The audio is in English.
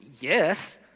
Yes